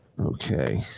Okay